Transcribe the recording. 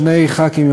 שני חברי כנסת,